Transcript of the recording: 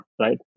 right